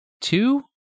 two